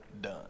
done